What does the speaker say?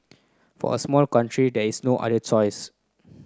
for a small country there is no other choice